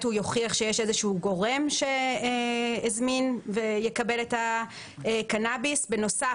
הוא יוכיח שיש איזשהו גורם שהזמין ויקבל את הקנאביס בנוסף,